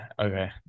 Okay